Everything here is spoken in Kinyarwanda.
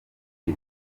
iri